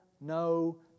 no